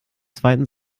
zweiten